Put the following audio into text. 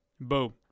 boom